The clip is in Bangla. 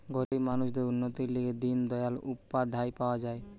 গরিব মানুষদের উন্নতির লিগে দিন দয়াল উপাধ্যায় পাওয়া যায়